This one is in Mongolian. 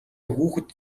хүүхэд